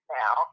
now